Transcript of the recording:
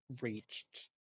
reached